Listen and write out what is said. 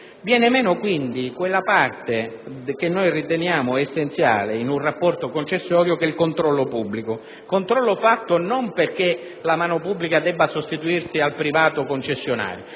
Viene meno, quindi, quella parte che riteniamo essenziale in un rapporto concessorio, che è il controllo pubblico. Quest'ultimo viene effettuato non perché la mano pubblica debba sostituirsi al privato concessionario,